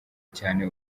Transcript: cyane